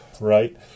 right